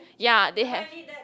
ya they have